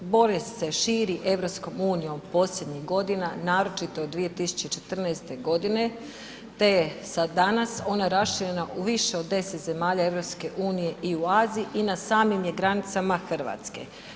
Bolest se širi EU posljednjih godina, naročito 2014.g., te je sa danas ona raširena u više od 10 zemalja EU i u Aziji i na samim je granicama RH.